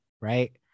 Right